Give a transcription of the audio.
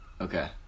okay